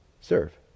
serve